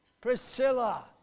Priscilla